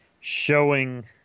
Showing